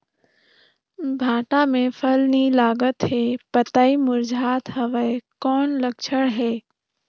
भांटा मे फल नी लागत हे पतई मुरझात हवय कौन लक्षण हे?